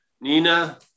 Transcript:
nina